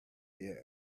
their